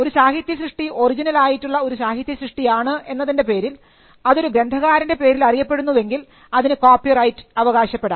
ഒരു സാഹിത്യ സൃഷ്ടി ഒറിജിനൽ ആയിട്ടുള്ള ഒരു സാഹിത്യസൃഷ്ടി ആണ് എന്നതിൻറെ പേരിൽ അതൊരു ഗ്രന്ഥകാരൻറെ പേരിലറിയപ്പെടുന്നുവെങ്കിൽ അതിന് കോപ്പിറൈറ്റ് അവകാശപ്പെടാം